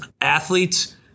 athletes